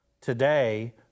today